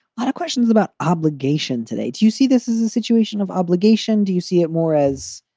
lot of questions about obligation today, do you see this as a situation of obligation? do you see it more as.